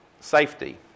safety